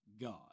God